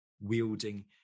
wielding